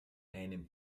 einem